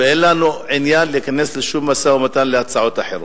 ואין לנו עניין להיכנס לשום משא-ומתן על הצעות אחרות.